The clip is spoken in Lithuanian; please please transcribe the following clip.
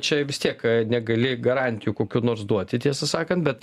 čia vis tiek negali garantijų kokių nors duoti tiesą sakant bet